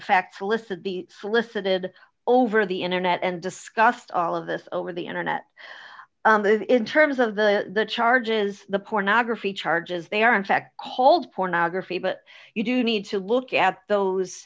fact solicit the solicited over the internet and discussed all of this over the internet in terms of the charges the pornography charges they are in fact hold pornography but you do need to look at those